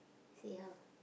see how